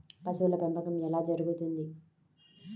పశువుల పెంపకం ఎలా జరుగుతుంది?